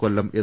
Kollam S